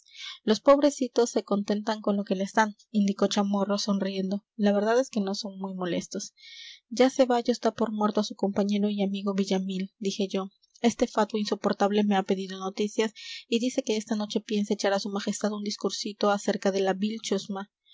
los pobrecitos se contentan con lo que les dan indicó chamorro sonriendo la verdad es que no son muy molestos ya ceballos da por muerto a su compañero y amigo villamil dije yo ese fatuo insoportable me ha pedido noticias y dice que esta noche piensa echar a su majestad un discursito acerca de la vil